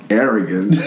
arrogant